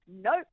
nope